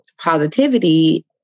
Positivity